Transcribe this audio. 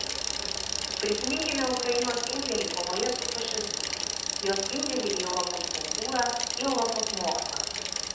prisiminkime ukrainos indėlį kovoje su fašizmu jos indėlį į europos kultūrą į europos mokslą